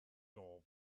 door